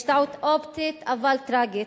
יש טעות אופטית אבל טרגית.